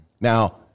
Now